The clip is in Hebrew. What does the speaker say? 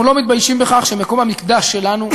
אנחנו לא מתביישים בכך שמקום המקדש שלנו,